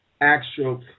actual